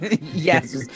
Yes